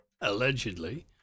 allegedly